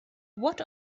what